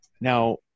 Now